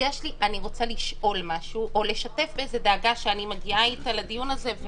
אני רוצה לשאול משהו או לשתף באיזו דאגה שאני מגיעה איתה לדיון הזה,